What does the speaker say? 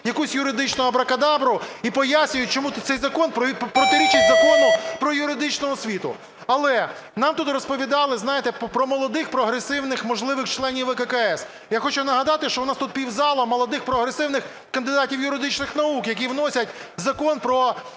якусь юридичну абракадабру і пояснюють, чому цей закон протирічить Закону про юридичну освіту. Але нам тут розповідали, знаєте, про молодих прогресивних можливих членів ВККС. Я хочу нагадати, що у нас тут півзалу молодих прогресивних кандидатів юридичних наук, які вносять закон про